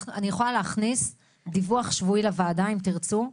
אני יכולה להכניס 'דיווח שבועי לוועדה' אם תרצו,